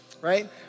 right